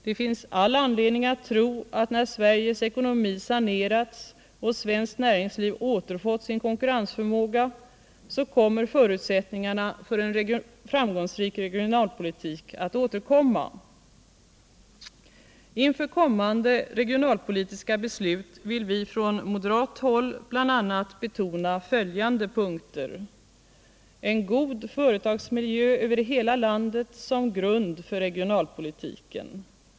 Det finns all anledning att tro att när Sveriges ekonomi sanerats och svenskt näringsliv återfått sin konkurrensförmåga så återkommer förutsättningarna för en framgångsrik regionalpolitik. Inför kommande regionalpolitiska beslut vill vi från moderat håll betona bl.a. följande punkter. 1. En god företagsmiljö över hela landet som grund för regionalpolitiken. 2.